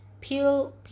Peel